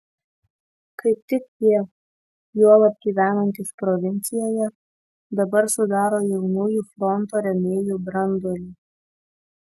kaip tik jie juolab gyvenantys provincijoje dabar sudaro jaunųjų fronto rėmėjų branduolį